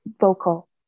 vocal